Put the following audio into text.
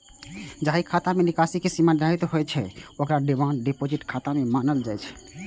जाहि खाता मे निकासी के सीमा निर्धारित होइ छै, ओकरा डिमांड डिपोजिट खाता नै मानल जाइ छै